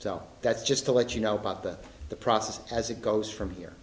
so that's just to let you know about that the process as it goes from here